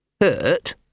hurt